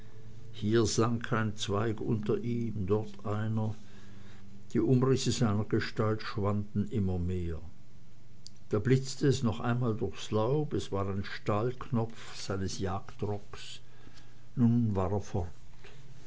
hier sank ein zweig hinter ihm dort einer die umrisse seiner gestalt schwanden immer mehr da blitze es noch einmal durchs laub es war ein stahlknopf seines jagdrocks nun war er fort